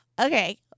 Okay